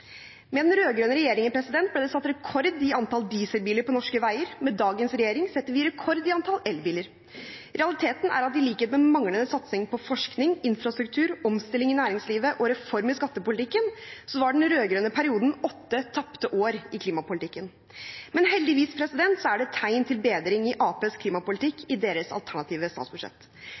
Med den rød-grønne regjeringen ble det satt rekord i antall dieselbiler på norske veier. Med dagens regjering setter vi rekord i antall elbiler. Realiteten er at i likhet med manglende satsing på forskning, infrastruktur, omstilling i næringslivet og reform i skattepolitikken var den rød-grønne perioden åtte tapte år i klimapolitikken. Men heldigvis er det tegn til bedring i Arbeiderpartiets klimapolitikk i deres alternative statsbudsjett.